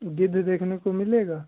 गिद्ध देखने को मिलेगा